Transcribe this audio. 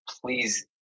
please